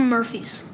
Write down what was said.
Murphy's